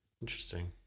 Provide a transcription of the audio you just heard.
Interesting